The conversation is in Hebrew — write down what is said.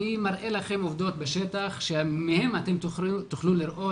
אני מראה לכם עובדות בשטח שמהן אתם תוכלו לראות